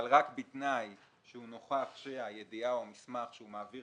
אבל רק בתנאי שהוא נוכח שהידיעה או המסמך שהוא מעביר